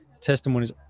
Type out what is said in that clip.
testimonies